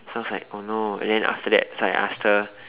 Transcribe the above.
so I was like oh no and then after that so I asked her